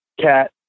cat